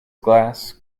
glass